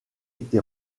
été